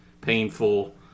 painful